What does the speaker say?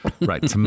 Right